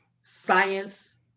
science